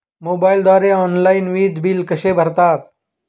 मोबाईलद्वारे ऑनलाईन वीज बिल कसे भरतात?